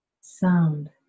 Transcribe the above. sound